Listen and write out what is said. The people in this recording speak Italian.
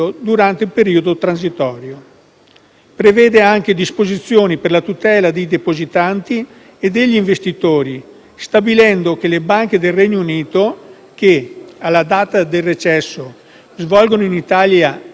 Prevede inoltre disposizioni per la tutela dei depositanti e degli investitori, stabilendo che le banche del Regno Unito che alla data di recesso svolgono in Italia attività ammesse al mutuo riconoscimento